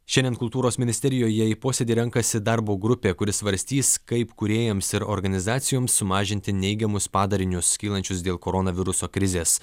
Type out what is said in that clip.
šiandien kultūros ministerijoje į posėdį renkasi darbo grupė kuri svarstys kaip kūrėjams ir organizacijoms sumažinti neigiamus padarinius kylančius dėl koronaviruso krizės